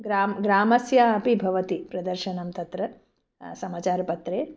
ग्रामे ग्रामस्यापि भवति प्रदर्शनं तत्र समाचारपत्रे